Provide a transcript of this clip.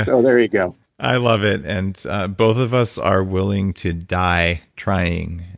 so there you go i love it. and ah both of us are willing to die trying,